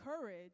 courage